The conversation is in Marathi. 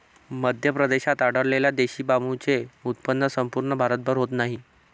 मध्य प्रदेशात आढळलेल्या देशी बांबूचे उत्पन्न संपूर्ण भारतभर होत नाही